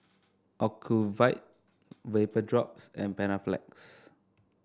Ocuvite Vapodrops and Panaflex